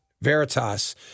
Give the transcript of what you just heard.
Veritas